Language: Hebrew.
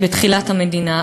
בתחילת המדינה.